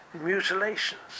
mutilations